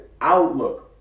outlook